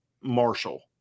Marshall